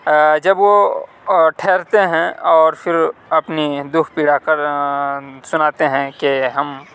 جب وہ ٹھہرتے ہیں اور پھر اپنی دکھ پیڑا کر سناتے ہیں کہ ہم